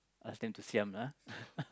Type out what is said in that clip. ask them to siam lah